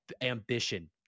ambition